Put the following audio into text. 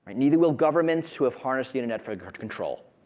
and neither will governments who have harnessed the internet for a good control.